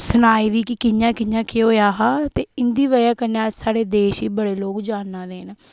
सनाए दी कि कियां कियां केह् होएया हा ते इंदी बजह् कन्नै स्हाड़े देश गी बड़े लोग जाना दे न